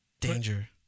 danger